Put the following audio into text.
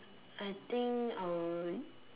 I think I will